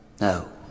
no